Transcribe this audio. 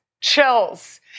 Chills